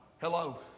Hello